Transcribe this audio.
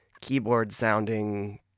keyboard-sounding